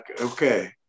Okay